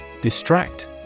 Distract